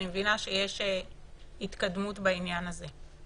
אני מבינה שיש התקדמות בעניין הזה.